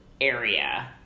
area